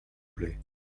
plait